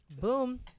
Boom